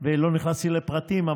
לא נכנסתי לפרטים,